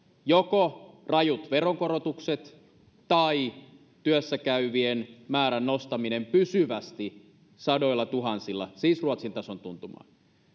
joko rajut veronkorotukset tai työssä käyvien määrän nostaminen pysyvästi sadoillatuhansilla siis ruotsin tason tuntumaan